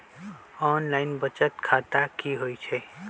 Online बचत खाता की होई छई?